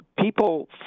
People